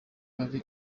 ari